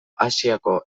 asiako